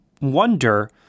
wonder